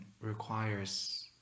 requires